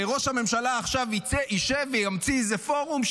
ראש הממשלה עכשיו ישב וימציא איזה פורום,